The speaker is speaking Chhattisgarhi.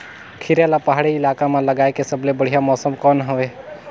खीरा ला पहाड़ी इलाका मां लगाय के सबले बढ़िया मौसम कोन हवे?